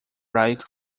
bright